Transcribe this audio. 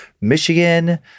Michigan